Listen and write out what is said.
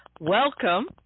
welcome